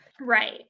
Right